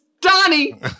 Donnie